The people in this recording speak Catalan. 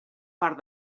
part